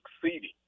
succeeding